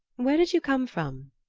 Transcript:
where did you come from?